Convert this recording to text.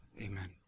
Amen